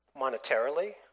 monetarily